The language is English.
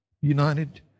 united